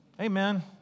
Amen